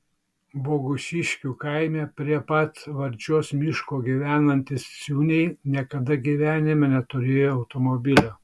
bogušiškių kaime prie pat varčios miško gyvenantys ciūniai niekada gyvenime neturėjo automobilio